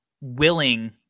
willing